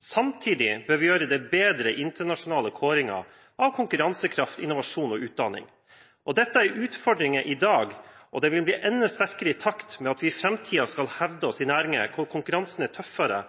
Samtidig bør vi gjøre det bedre i internasjonale kåringer av konkurransekraft, innovasjon og utdanning. Dette er utfordringer i dag, og de vil bli enda sterkere i takt med at vi i framtiden skal hevde oss i næringer hvor konkurransen er tøffere